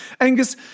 Angus